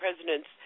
President's